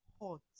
hot